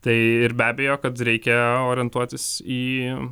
tai ir be abejo kad reikia orientuotis į